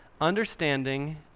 understanding